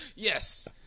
Yes